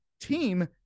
team